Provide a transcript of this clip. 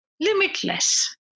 limitless